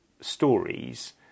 stories